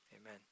amen